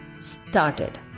started